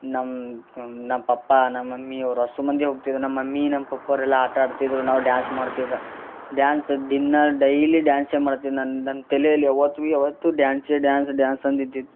ನಮ್ಮ ನಮ್ಮ ಪಪ್ಪ ನಮ್ಮ ಮಮ್ಮಿ ಅವರು ಅಷ್ಟೂ ಮಂದಿ ಹೋಗ್ತಿದ್ರು ನಮ್ಮ ಮಮ್ಮಿ ನಮ್ಮ ಪೊಪ್ಪೋರು ಎಲ್ಲ ಆಟ ಆಡ್ತಿದ್ರು ನಾವು ಡ್ಯಾನ್ಸ್ ಮಾಡ್ತಿದ್ದ ಡ್ಯಾನ್ಸ್ ದಿನಾ ಡೈಲಿ ಡ್ಯಾನ್ಸೆ ಮಾಡ್ತಿದ್ದು ನಾನು ನನ್ನ ತೆಲೇಲಿ ಯಾವತ್ತಿಗೂ ಯಾವತ್ತು ಡ್ಯಾನ್ಸೆ ಡ್ಯಾನ್ಸ್ ಡ್ಯಾನ್ಸ್ ಅಂದಿದಿತ್ತು